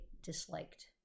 disliked